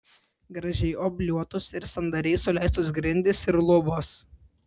gražiai obliuotos ir sandariai suleistos grindys ir lubos